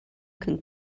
can